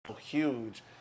Huge